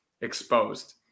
exposed